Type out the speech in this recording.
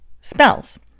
spells